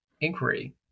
inquiry